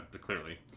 clearly